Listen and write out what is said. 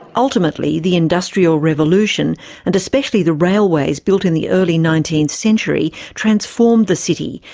ultimately, the industrial revolution and especially the railways, built in the early nineteenth century, transformed the city,